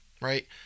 Right